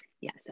Yes